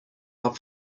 rap